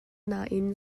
nain